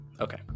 Okay